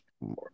more